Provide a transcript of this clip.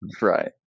Right